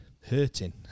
hurting